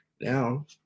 now